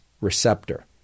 receptor